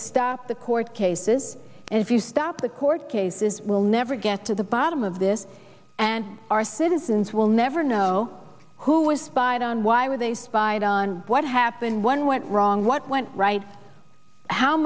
stop the court cases and if you stop the court cases we'll never get to the bottom of this and our citizens will never know who was spied on why were they spied on what happened when went wrong what went right how